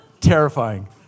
Terrifying